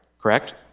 correct